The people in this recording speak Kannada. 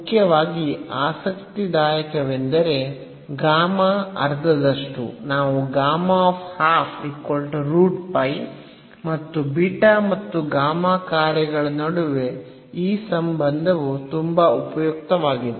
ಮುಖ್ಯವಾಗಿ ಆಸಕ್ತಿದಾಯಕವೆಂದರೆ ಗಾಮಾ ಅರ್ಧದಷ್ಟು ನಾವು ಮತ್ತು ಬೀಟಾ ಮತ್ತು ಗಾಮಾ ಕಾರ್ಯಗಳ ನಡುವೆ ಈ ಸಂಬಂಧವು ತುಂಬಾ ಉಪಯುಕ್ತವಾಗಿದೆ